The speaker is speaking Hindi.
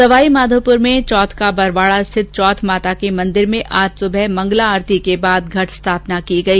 सवाईमाधोपुर में चौथ को बरवाड़ा स्थित चौथ माता के मंदिर में आज सुबह मंगला आरती के बाद घट स्थापना की गई